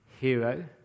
hero